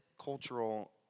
cultural